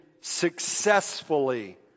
successfully